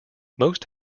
most